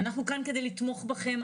אנחנו כאן כדי לתמוך בכם,